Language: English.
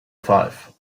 five